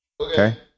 Okay